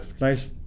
nice